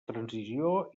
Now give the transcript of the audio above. transició